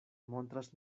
montras